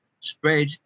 spread